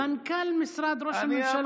מנכ"ל משרד ראש הממשלה נתניהו,